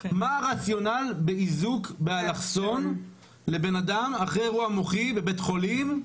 מה הרציונל באיזוק באלכסון לבן אדם אחרי אירוע מוחי בבית חולים?